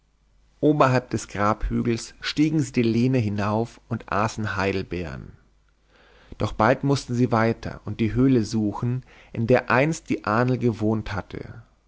oberhalb des grabhügels stiegen sie die lehne hinauf und aßen heidelbeeren doch bald mußten sie weiter und die höhle suchen in der einst die ahnl gewohnt hatte